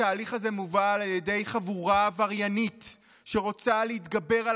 התהליך הזה מובל על ידי חבורה עבריינית שרוצה להתגבר על